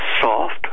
soft